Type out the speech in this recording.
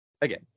again